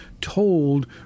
told